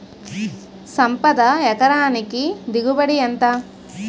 సంపద ఎకరానికి దిగుబడి ఎంత?